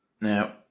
Now